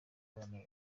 abana